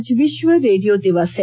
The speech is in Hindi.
आज विष्व रेडियो दिवस है